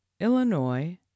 Illinois